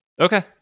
Okay